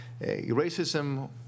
racism